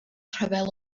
rhyfel